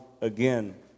again